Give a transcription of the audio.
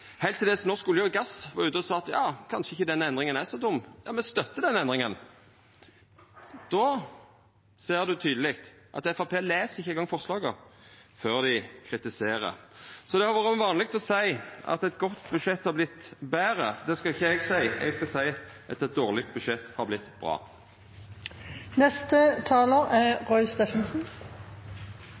heilt til Norsk olje og gass var ute og sa at kanskje ikkje den endringa er så dum – ja, me støttar den endringa! Då såg ein tydeleg at Framstegspartiet ikkje eingong les forslaga før dei kritiserer. Det har vore vanleg å seia at eit godt budsjett har vorte betre. Det skal ikkje eg seia. Eg skal seia at eit dårleg budsjett har vorte bra. Fremskrittspartiet blir beskyldt for ikke å lese forslag, og da er